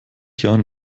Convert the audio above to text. jahren